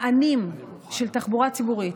מענים של תחבורה ציבורית,